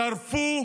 שרפו